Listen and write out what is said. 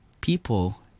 people